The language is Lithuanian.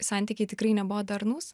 santykiai tikrai nebuvo darnūs